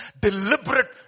deliberate